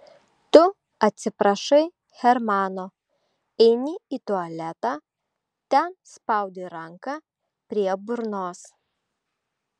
tu atsiprašai hermano eini į tualetą ten spaudi ranką prie burnos